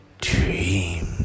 Dream